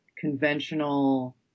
conventional